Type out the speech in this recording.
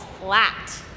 flat